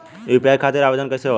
UPI खातिर आवेदन कैसे होला?